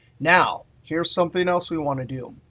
now, here's something else we want to do.